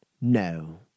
no